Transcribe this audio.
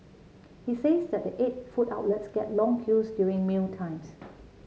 he says that the eight food outlets get long queues during mealtimes